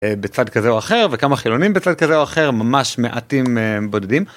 בצד כזה או אחר וכמה חילונים בצד כזה או אחר ממש מעטים בודדים.